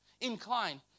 Incline